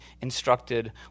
instructed